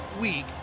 week